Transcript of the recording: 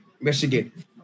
Michigan